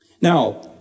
Now